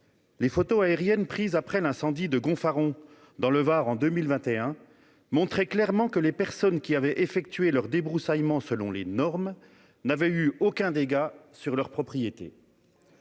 les photos aériennes prises après l'incendie de Gonfaron, dans le Var, en 2021 montraient clairement que les propriétés de ceux qui avaient effectué un débroussaillement selon les normes n'avaient subi aucun dégât. Sur ce volet,